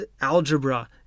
algebra